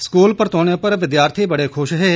school परतोने पर विद्यार्थी बड़े खुश हे